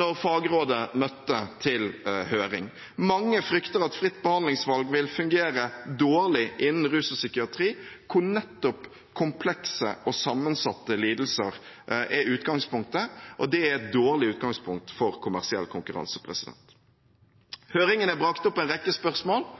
da Fagrådet møtte til høring. Mange frykter at fritt behandlingsvalg vil fungere dårlig innen rus og psykiatri, hvor nettopp komplekse og sammensatte lidelser er utgangspunktet, og det er et dårlig utgangspunkt for kommersiell konkurranse. Høringene brakte opp en rekke spørsmål